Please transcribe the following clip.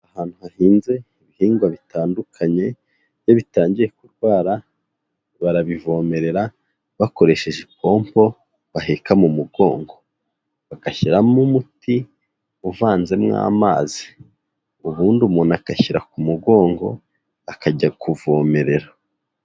Ahantu hahinze ibihingwa bitandukanye, iyo bitangiye kurwara barabivomerera bakoresheje ipompo baheka mu mugongo, bagashyiramo umuti uvanzemo amazi, ubundi umuntu akashyira ku mugongo akajya kuvomerera.